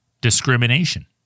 discrimination